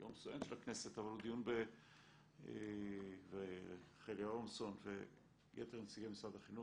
ביום סואן של הכנסת עם רחלי אברמזון ויתר נציגי משרד החינוך,